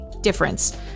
difference